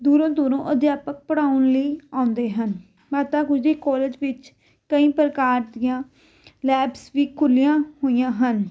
ਦੂਰੋਂ ਦੂਰੋਂ ਅਧਿਆਪਕ ਪੜ੍ਹਾਉਣ ਲਈ ਆਉਂਦੇ ਹਨ ਮਾਤਾ ਗੁਜਰੀ ਕੋਲਜ ਵਿੱਚ ਕਈ ਪ੍ਰਕਾਰ ਦੀਆਂ ਲੈਬਸ ਵੀ ਖੁੱਲ੍ਹੀਆਂ ਹੋਈਆਂ ਹਨ